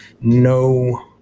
no